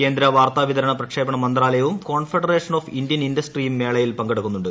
കേന്ദ്ര വാർത്താ വിതരണ പ്രക്ഷേപണ മന്ത്രാലയവും കോൺഫെഡറേഷൻ ഓഫ് ഇന്ത്യൻ ഇൻഡസ്ട്രിയും മേളയിൽ പങ്കെടുക്കുന്നുണ്ട്